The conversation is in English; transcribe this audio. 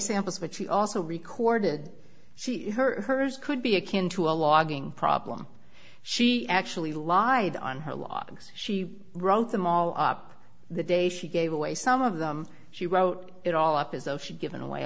samples but she also recorded she in her purse could be akin to a logging problem she actually lied on her logs she wrote them all up the day she gave away some of them she wrote it all up as though she'd given away